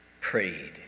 prayed